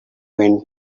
went